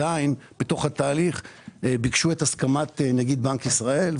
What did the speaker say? עדיין בתוך התהליך ביקשו את הסכמת נגיד בנק ישראל.